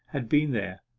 had been there.